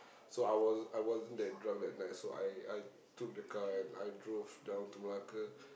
so I was I wasn't that drunk that night so I I took the car and I drove down to Malacca